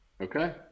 Okay